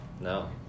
no